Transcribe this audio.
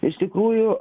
iš tikrųjų